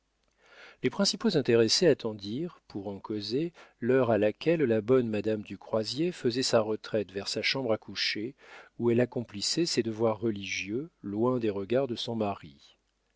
les principaux intéressés attendirent pour en causer l'heure à laquelle la bonne madame du croisier faisait sa retraite vers sa chambre à coucher où elle accomplissait ses devoirs religieux loin des regards de son mari